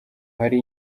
hari